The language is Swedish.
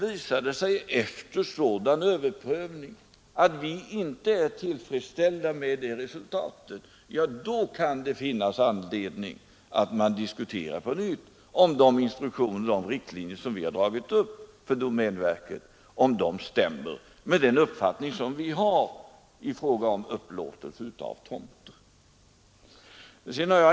Visar det sig efter en sådan överprövning att vi inte är tillfredsställda med detta resultat, kan det finnas anledning att på nytt diskutera om de instruktioner och riktlinjer som dragits upp för domänverket stämmer med den uppfattning vi har i fråga om upplåtelse av tomter.